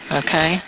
okay